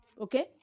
okay